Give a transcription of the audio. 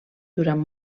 durant